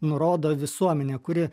nurodo visuomenė kuri